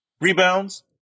Rebounds